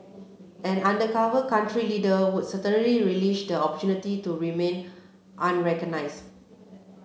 an undercover country leader would certainly relish the opportunity to remain unrecognised